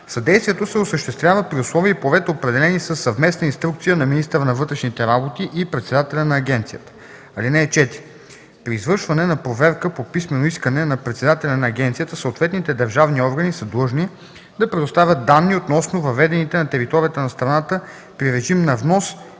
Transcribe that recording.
Съдействието се осъществява при условия и по ред, определени със съвместна инструкция на министъра на вътрешните работи и председателя на агенцията. (4) При извършване на проверка по писмено искане на председателя на агенцията съответните държавни органи са длъжни да предоставят данни относно въведените на територията на страната при режим на внос или от